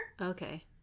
Okay